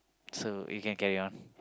so you can carry on